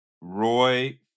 Roy